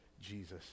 Jesus